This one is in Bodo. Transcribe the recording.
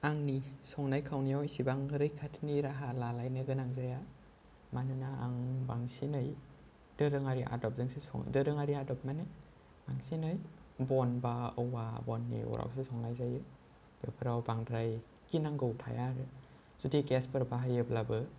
आंनि संनाय खावनाय आव इसेबां रैखाथिनि राहा लालायनो गोनां जाया मानोना आं बांसिनै दोरोङारि आदबजों सो सं दोरोङारि आदब माने बांसिनै बन बा औवा बननि अर आवसो संनाय जायो बेफोराव बांद्राय गिनांगौ थाया आरो जुदि गेस फोर बाहायोब्लाबो